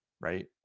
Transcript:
right